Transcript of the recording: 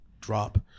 drop